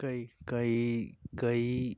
कई कई कई